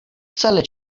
wcale